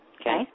Okay